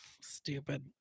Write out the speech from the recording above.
Stupid